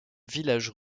village